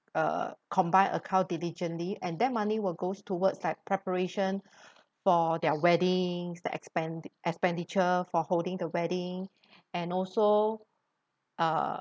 uh combined account diligently and that money will go towards like preparation for their weddings the expend~ expenditure for holding the wedding and also uh